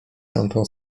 tamtą